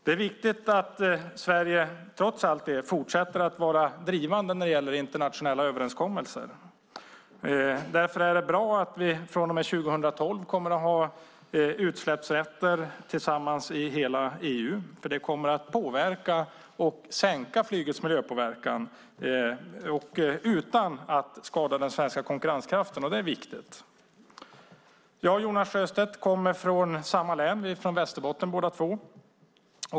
Det är viktigt att Sverige trots allt fortsätter att vara drivande när det gäller internationella överenskommelser. Därför är det bra att vi från och med 2012 kommer att ha utsläppsrätter tillsammans i hela EU. Det kommer att påverka och sänka flygets miljöpåverkan utan att skada den svenska konkurrenskraften, och det är viktigt. Jonas Sjöstedt kommer från samma län som jag, vi är från Västerbotten båda två.